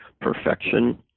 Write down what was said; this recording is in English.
perfection